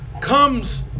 comes